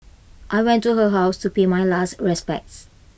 I went to her house to pay my last respects